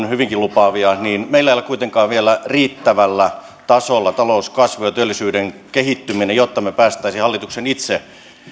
hyvinkin lupaavia niin meillä ei ole kuitenkaan vielä riittävällä tasolla talouskasvun ja työllisyyden kehittyminen jotta me pääsisimme hallituksen itse